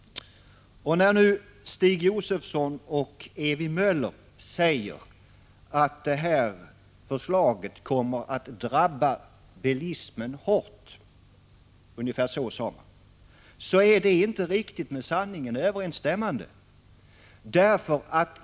När Stig Josefson och Ewy Möller nu hävdar att förslaget kommer att drabba bilismen hårt — ungefär så sade de — är det inte riktigt med sanningen överensstämmande.